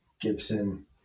Gibson